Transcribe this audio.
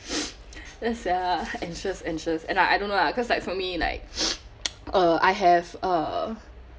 ya sia anxious anxious and I I don't know lah cause like for me like uh I have uh